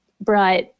brought